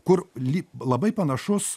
kur lyg labai panašus